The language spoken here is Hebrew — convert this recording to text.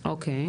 אוקיי?